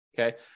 Okay